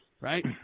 right